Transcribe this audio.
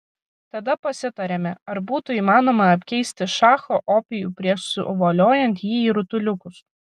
tada pasitarėme ar būtų įmanoma apkeisti šacho opijų prieš suvoliojant jį į rutuliukus